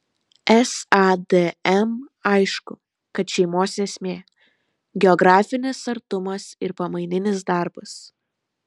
sadm aišku kad šeimos esmė geografinis artumas ir pamaininis darbas